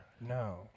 No